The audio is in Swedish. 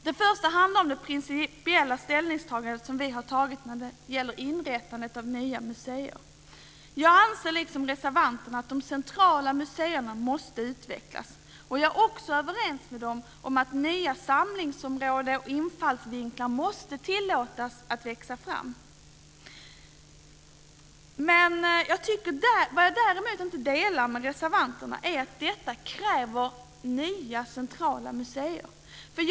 Den första handlar om det principiella ställningstagande vi har gjort när det gäller inrättande av nya museer. Jag anser liksom reservanterna att de centrala museerna måste utvecklas. Jag är också överens med dem om att nya samlingsområden och infallsvinklar måste tillåtas växa fram. Vad jag däremot inte håller med reservanterna om är att detta kräver nya centrala museer.